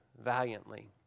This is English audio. valiantly